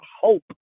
hope